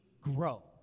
grow